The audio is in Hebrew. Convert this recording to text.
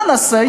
מה נעשה,